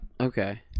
Okay